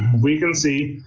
we can see